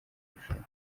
rushanwa